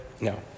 No